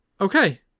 Okay